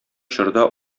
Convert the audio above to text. чорда